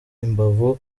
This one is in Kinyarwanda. imbavu